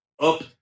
up